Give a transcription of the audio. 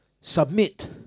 submit